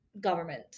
government